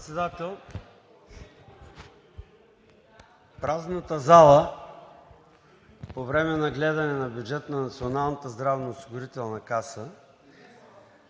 Председател, празната зала по време на гледане на бюджет на Националната здравноосигурителна каса